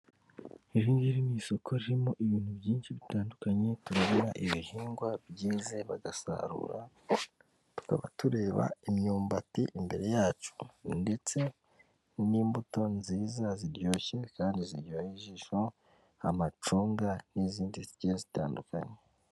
Iri ngiri nisuku ririmo ibintu byinshi bitandukanye, turabo ibihingwa byize bagasarura, tukaba tureba imyumbati imbere yacu, ndetse n'imbuto nziza ziryoshye kandi ziryoheye ijisho amacunga n'izindi zigiye zitandukanye.